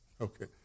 Okay